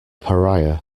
pariah